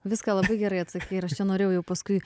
viską labai gerai atsakei aš čia norėjau jau paskui